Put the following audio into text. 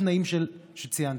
בתנאים שציינתי,